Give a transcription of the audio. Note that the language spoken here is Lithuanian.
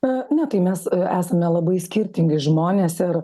ne tai mes esame labai skirtingi žmonės ir